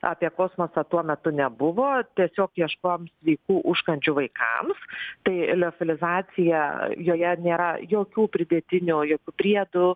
apie kosmosą tuo metu nebuvo tiesiog ieškojom sveikų užkandžių vaikams tai liofelizacija joje nėra jokių pridėtinių jokių priedų